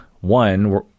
one